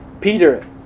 Peter